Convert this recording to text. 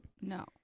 no